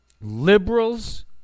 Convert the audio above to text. Liberals